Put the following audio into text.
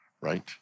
right